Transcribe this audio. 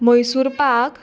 Mysore pak